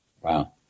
Wow